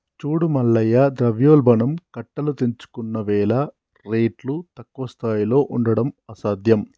చూడు మల్లయ్య ద్రవ్యోల్బణం కట్టలు తెంచుకున్నవేల రేట్లు తక్కువ స్థాయిలో ఉండడం అసాధ్యం